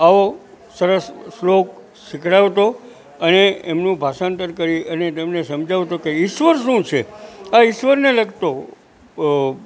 આવો સરસ શ્લોક ખીખવાડતો અને એમનું ભાષાંતર કરી અને તેમણે સમજાવતો કે ઈશ્વર શું છે આ ઈશ્વરને લગતો